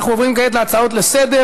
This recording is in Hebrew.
אנחנו עוברים כעת להצעות לסדר-היום.